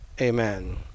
Amen